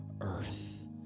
earth